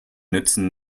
nützen